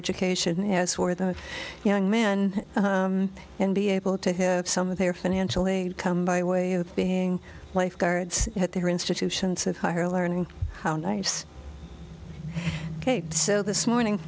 education as for the young man and be able to have some of their financial aid come by way of being lifeguards at their institutions of higher learning how nice ok so this morning